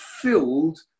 filled